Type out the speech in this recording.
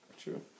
True